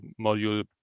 module